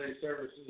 services